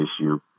issue